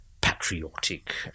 patriotic